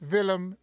Willem